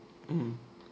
mmhmm